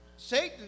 Satan